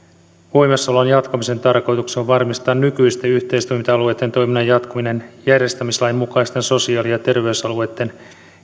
voimassaolon jatkamisen tarkoituksena on varmistaa nykyisten yhteistoiminta alueitten toiminnan jatkuminen järjestämislain mukaisten sosiaali ja terveysalueitten